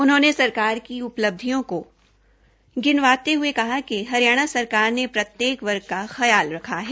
उन्होंने सरकार की उपलब्धियों को गिनवाते ह्ये कहा कि हरियाणा सरकार ने प्रत्येक वर्ग का ख्याल रखा है